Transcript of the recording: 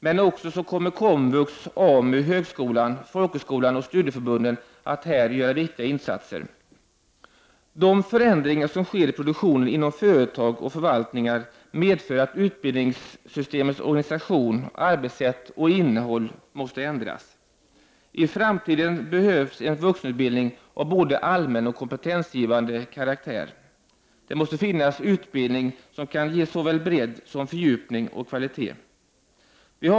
Här kommer komvux, AMU, högskolan, folkhögskolan och studieförbunden att göra viktiga insatser. De förändringar som sker i produktionen inom företag och förvaltningar medför att utbildningssystemets organisation, arbetssätt och innehåll måste ändras. I framtiden behövs en vuxenutbildning av både allmän och kompetensgivande karaktär. Det måste finnas utbildning som kan ge såväl bredd som fördjupning och kvalitet.